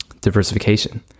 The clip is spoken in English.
Diversification